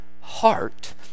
heart